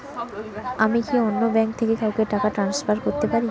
আমি কি অন্য ব্যাঙ্ক থেকে কাউকে টাকা ট্রান্সফার করতে পারি?